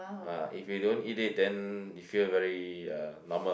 ah if you don't eat it then you feel very uh normal